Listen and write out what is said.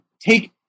take